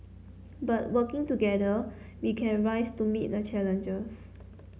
but working together we can rise to meet the challenges